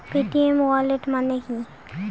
Paytm wallet মানে কি?